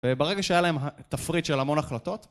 וברגע שהיה להם תפריט של המון החלטות